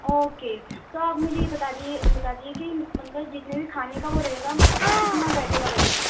okay تو آپ مجھے یہ بتا دیجیے بتا دیجیے کہ مطلب جتنے بھی کھانے کا وہ رہے گا وہ کتنا بیٹھے گا بجٹ